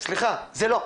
סליחה, זה לא.